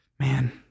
Man